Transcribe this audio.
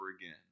again